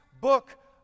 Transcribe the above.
Book